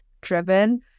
driven